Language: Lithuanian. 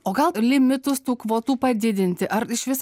o gal ir limitus tų kvotų padidinti ar išvis